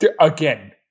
Again